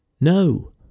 No